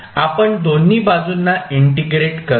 आपण दोन्ही बाजूंना इंटिग्रेट करतो